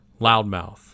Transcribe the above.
loudmouth